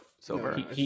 silver